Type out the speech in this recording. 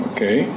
Okay